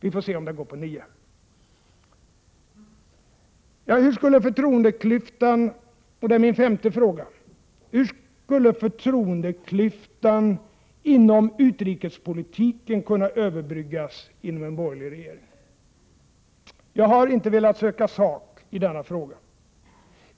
Vi får se om det går på nio. Hur skulle förtroendeklyftan inom utrikespolitiken kunna överbryggas inom en borgerlig regering? Det är min femte fråga. Jag har inte velat söka sak i denna fråga.